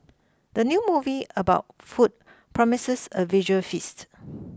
the new movie about food promises a visual feast